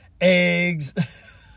eggs